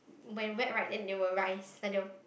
when wet right then they will rise then they will